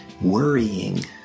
worrying